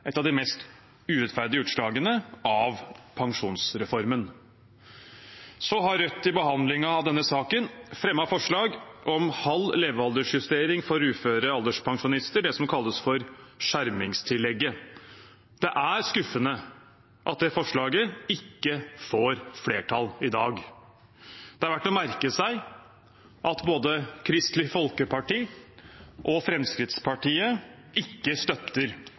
et av de mest urettferdige utslagene av pensjonsreformen. Rødt har i behandlingen av denne saken også fremmet forslag om halv levealdersjustering for uføre alderspensjonister, det som kalles for skjermingstillegget. Det er skuffende at det forslaget ikke får flertall i dag. Det er verdt å merke seg at både Kristelig Folkeparti og Fremskrittspartiet ikke støtter